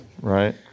right